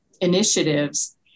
initiatives